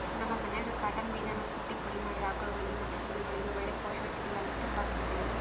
ನಮ್ ಮನ್ಯಾಗ ಕಾಟನ್ ಬೀಜಾನ ಕುಟ್ಟಿ ಪುಡಿ ಮಾಡಿ ಆಕುಳ್ಗುಳಿಗೆ ಮತ್ತೆ ಕುರಿಗುಳ್ಗೆ ಒಳ್ಳೆ ಪೋಷಣೆ ಸಿಗುಲಂತ ತಿಂಬಾಕ್ ಕೊಡ್ತೀವಿ